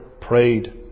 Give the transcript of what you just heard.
prayed